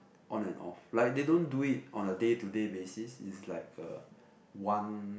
on and off like they don't do it on a day to day basis is like a one